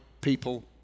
people